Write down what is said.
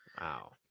Wow